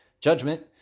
Judgment